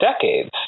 decades